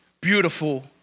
beautiful